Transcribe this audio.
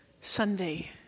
Sunday